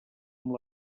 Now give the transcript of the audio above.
amb